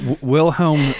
Wilhelm